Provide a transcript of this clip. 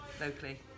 locally